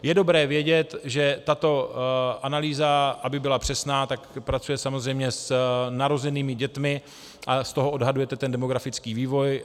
Je dobré vědět, že tato analýza, aby byla přesná, tak pracuje samozřejmě s narozenými dětmi a z toho odhadujete ten demografický vývoj.